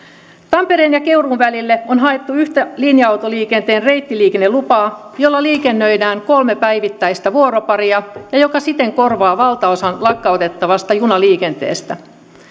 tampereen ja keuruun välille on haettu yhtä linja autoliikenteen reittiliikennelupaa jolla liikennöidään kolme päivittäistä vuoroparia ja joka siten korvaa valtaosan lakkautettavasta junaliikenteestä